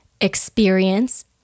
experience